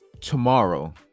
Tomorrow